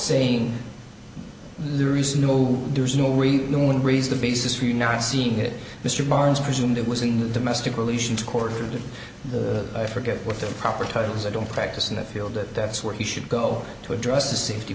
saying there is no there is no reason no one raised the basis for you not seeing it mr barnes presumed it was in the domestic relations court or to the i forget what the proper title is i don't practice in that field that that's where he should go to address the safety